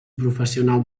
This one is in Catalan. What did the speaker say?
professional